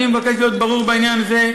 אני מבקש להיות ברור בעניין הזה,